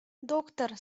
доктор